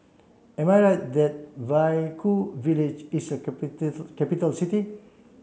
am I right that Vaiaku village is a capital city